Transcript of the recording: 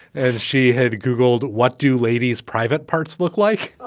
and she had googled. what do lady's private parts look like?